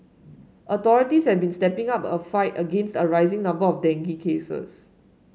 authorities have been stepping up a fight against a rising number of dengue cases